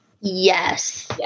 Yes